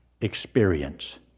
experience